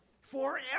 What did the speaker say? forever